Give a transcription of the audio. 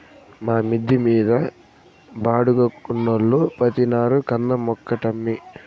మా మిద్ద మీద బాడుగకున్నోల్లు పాతినారు కంద మొక్కటమ్మీ